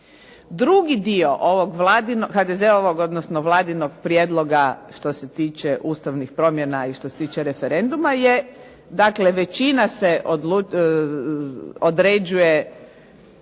Drugi dio HDZ-ovog odnosno Vladinog prijedloga što se tiče ustavnih promjena i što se tiče referenduma je, dakle većina se određuje